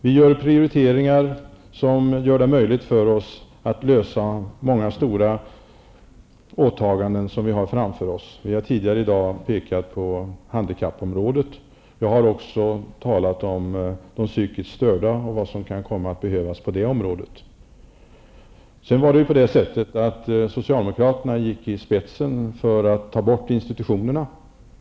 Vi gör prioriteringar som gör det möjligt för oss att klara många stora åtaganden som vi har framför oss. Tidigare i dag har vi tagit upp handikappområdet. Vi har också talat om de psykiskt störda och vad som kan komma att behövas på det området. Socialdemokraterna gick i spetsen för att ta bort institutionerna.